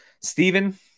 Stephen